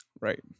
Right